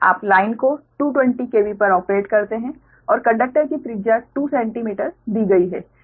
आप लाइन को 220KV पर ऑपरेट करते है और कंडक्टर की त्रिज्या 2 सेंटीमीटर दी गई है